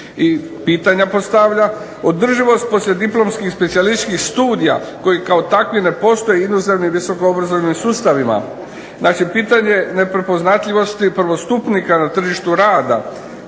pitanja postavlja održivost poslijediplomskih specijalističkih studija koji kao takvi ne postoje u inozemnim i visoko obrazovnim sustavima. Znači, pitanje neprepoznatljivosti prvostupnika na tržištu rada.